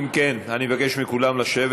אם כן, אני מבקש מכולם לשבת.